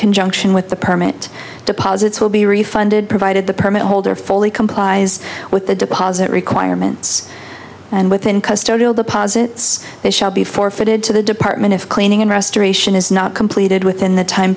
conjunction with the permit deposits will be re funded provided the permit holder fully complies with the deposit requirements and within the posits it shall be forfeited to the department of cleaning and restoration is not completed within the time